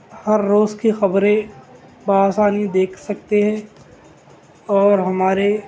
ہر روز کی خبریں بہ آسانی دیکھ سکتے ہے اور ہمارے